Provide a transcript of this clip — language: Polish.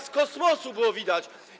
Z Kosmosu było widać.